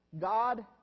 God